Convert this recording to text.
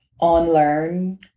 unlearn